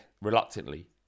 reluctantly